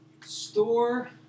store